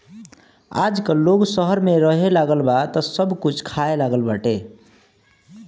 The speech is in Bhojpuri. आजकल लोग शहर में रहेलागल बा तअ सब कुछ खाए लागल बाटे